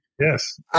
Yes